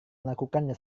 melakukannya